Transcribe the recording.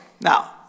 Now